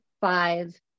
five